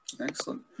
Excellent